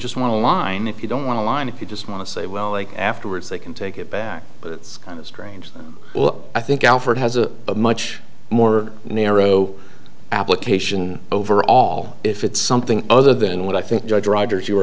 just want a line if you don't want to line if you just want to say well they afterwards they can take it back but it's kind of strange that well i think alford has a much more narrow application overall if it's something other than what i think judge rogers you were